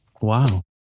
Wow